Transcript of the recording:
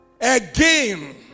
again